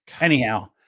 Anyhow